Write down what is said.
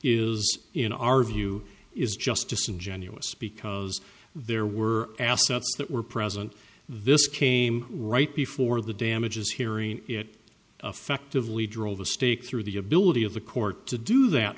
is in our view is just disingenuous because there were assets that were present this came right before the damages hearing it affectively drove a stake through the ability of the court to do that